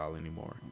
anymore